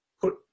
put